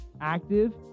active